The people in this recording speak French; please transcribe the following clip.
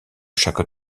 chaque